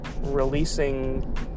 releasing